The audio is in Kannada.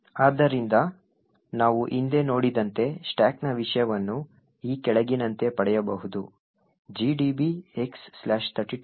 ಆದ್ದರಿಂದ ನಾವು ಹಿಂದೆ ನೋಡಿದಂತೆ ಸ್ಟಾಕ್ನ ವಿಷಯವನ್ನು ಈ ಕೆಳಗಿನಂತೆ ಪಡೆಯಬಹುದು gdb x32x esp